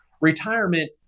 retirement